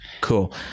Cool